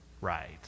right